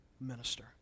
minister